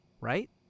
right